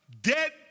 Dead